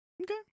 okay